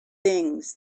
things